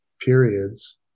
periods